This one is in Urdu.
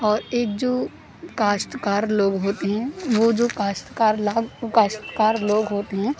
اور ایک جو کاشتکار لوگ ہوتے ہیں وہ جو کاشتکار لاگ کاشتکار لوگ ہوتے ہیں